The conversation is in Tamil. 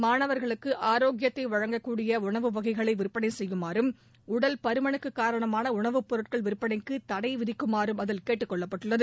மாணவா்களுக்கு ஆரோக்கியமான உணவு வகைகளை விற்பனை செய்யுமாறும் உடல் பருமனுக்கு காரணமான உணவுப் பொருட்கள் விற்பனைக்கு தடை விதிக்குமாறும் அதில் கேட்டுக்கொள்ளப்பட்டுள்ளது